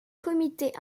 comité